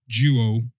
Duo